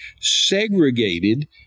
segregated